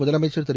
முதலமைச்சர் திரு